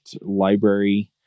library